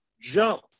jump